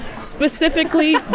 specifically